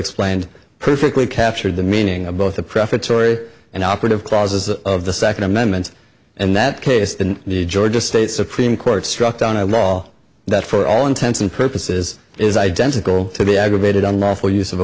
explained perfectly captured the meaning of both the prefatory and operative clauses of the second amendment and that case in the georgia state supreme court struck down a law that for all intents and purposes is identical to the aggravated on lawful use of a